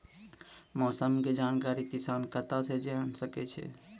मौसम के जानकारी किसान कता सं जेन सके छै?